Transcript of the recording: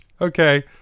Okay